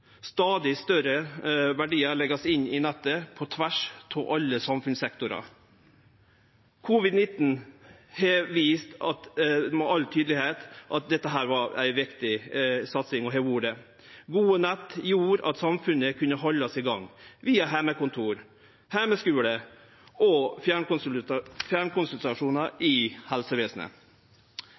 Stadig større verdiar vert lagde inn i nettet på tvers av alle samfunnssektorar. Covid-19 har vist tydeleg at dette var – og har vore – ei viktig satsing. Gode nett gjorde at samfunnet kunne haldast i gang via heimekontor, heimeskule og fjernkonsultasjonar i helsevesenet.